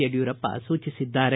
ಯಡಿಯೂರಪ್ಪ ಸೂಚಿಸಿದ್ದಾರೆ